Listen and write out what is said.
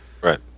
Right